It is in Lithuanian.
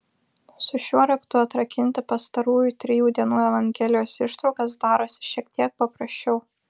su šiuo raktu atrakinti pastarųjų trijų dienų evangelijos ištraukas darosi šiek tiek paprasčiau